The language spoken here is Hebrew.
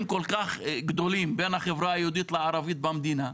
כל כך גדולים בין החברה היהודית לערבית במדינה,